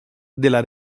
della